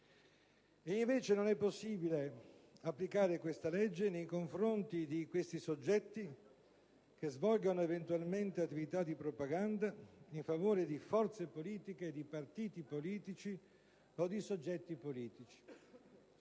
invece non è possibile applicare la stessa norma nei confronti di quei soggetti che svolgano eventualmente attività di propaganda in favore di forze politiche e di partiti politici o di soggetti politici.